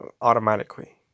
automatically